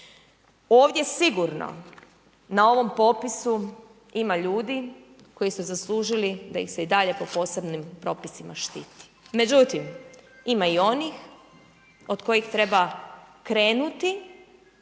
Ovdje sigurno n ovom popisu ima ljudi koji su zaslužili da im se i dalje po posebnim propisima štiti. Međutim, ima i onih od kojih treba krenuti